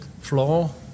floor